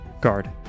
guard